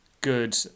good